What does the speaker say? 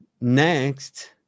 Next